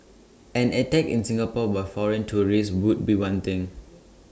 an attack in Singapore by foreign terrorists would be one thing